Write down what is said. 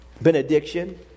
benediction